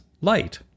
light